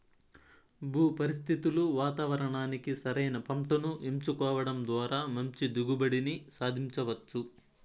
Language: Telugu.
భూ పరిస్థితులు వాతావరణానికి సరైన పంటను ఎంచుకోవడం ద్వారా మంచి దిగుబడిని సాధించవచ్చు